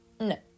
No